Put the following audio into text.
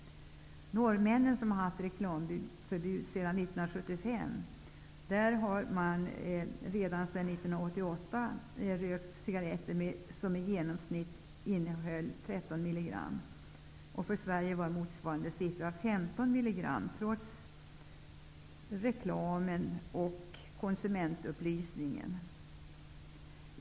Norrmännen, som har haft reklamförbud sedan 1975, röker sedan 1988 cigaretter som i genomsnitt innehåller 13 mg tjära. För Sverige har motsvarande siffra varit 15 mg, trots reklam och konsumentupplysning.